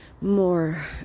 more